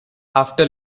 after